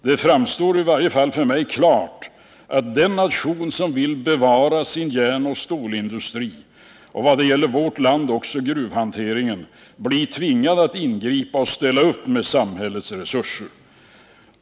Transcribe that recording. Det framstår klart, i varje fall för mig, att den nation som vill bevara sin järnoch stålindustri, och vad gäller vårt land också gruvhanteringen, blir tvingad att ingripa och ställa upp med samhällets resurser.